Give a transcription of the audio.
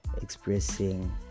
expressing